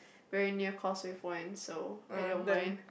very near Causeway Point so I don't mind